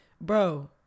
Bro